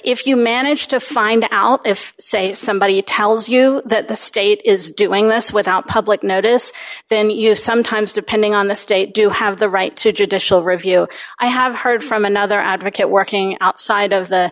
if you manage to find out if say somebody tells you that the state is doing this without public notice then you sometimes depending on the state do have the right to judicial review i have heard from another advocate working outside of the